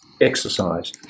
exercise